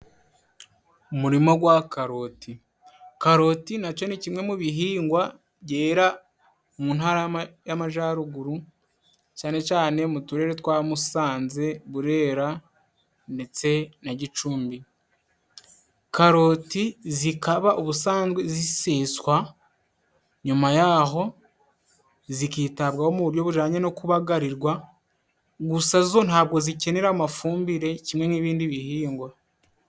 Umurima gwa karoti. Karoti nacyo ni kimwe mu bihingwa byera mu ntara y'amajyaruguru cyane cyane mu turere twa Musanze, Burera ndetse na Gicumbi. Karoti zikaba ubusanzwe ziseswa nyuma yaho zikitabwaho mu buryo bujanye no kubagarirwa gusa zo ntabwo zikenera amafumbire kimwe n'ibindi bihingwa.